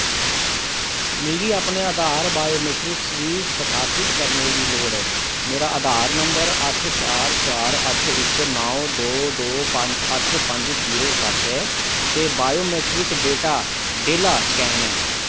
मिगी अपने आधार बायोमेट्रिक्स गी सत्यापित करने दी लोड़ ऐ मेरा आधार नंबर अट्ठ चार चार अट्ठ इक नौ दो दो अट्ठ पंज जीरो सत्त ऐ ते बायोमेट्रिक डेटा डेल्ला स्कैन ऐ